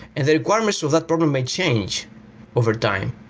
and the requirements of that problem may change overtime,